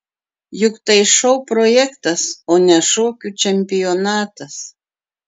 juk tai šou projektas o ne šokių čempionatas